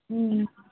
ம்ம்